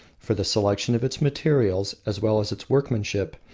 for the selection of its materials, as well as its workmanship,